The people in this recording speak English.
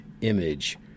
image